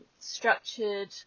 structured